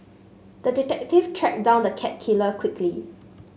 the detective tracked down the cat killer quickly